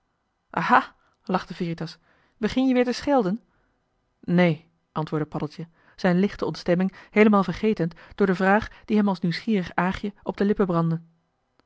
lachte veritas begin je weer te schelden neen antwoordde paddeltje zijn lichte ontstemming heelemaal vergetend door de vraag die hem als nieuwsgierig aagje op de lippen brandde